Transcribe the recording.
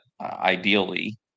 ideally